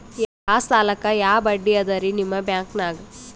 ಯಾ ಸಾಲಕ್ಕ ಯಾ ಬಡ್ಡಿ ಅದರಿ ನಿಮ್ಮ ಬ್ಯಾಂಕನಾಗ?